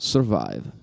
Survive